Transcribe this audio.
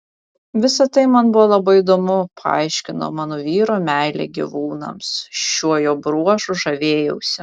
visa tai man buvo labai įdomu paaiškino mano vyro meilę gyvūnams šiuo jo bruožu žavėjausi